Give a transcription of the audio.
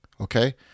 Okay